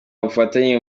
ubufatanye